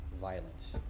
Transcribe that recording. violence